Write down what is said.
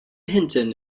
hinton